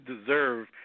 deserve